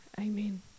Amen